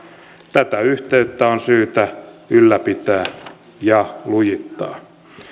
tätä yhteyttä on syytä ylläpitää ja lujittaa